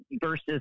versus